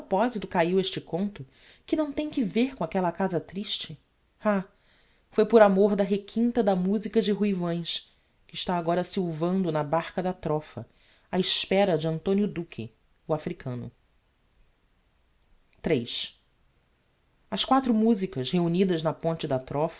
proposito cahiu este conto que não tem que vêr com aquella casa triste ah foi por amor da requinta da musica de ruivães que está agora silvando na barca da trofa á espera de antonio duque o africano iii as quatro musicas reunidas na ponte da